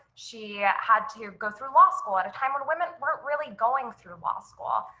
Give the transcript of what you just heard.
she had to go through law school at a time when women weren't really going through law school.